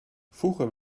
vroeger